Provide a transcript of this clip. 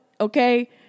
okay